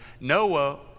Noah